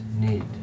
need